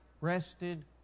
rested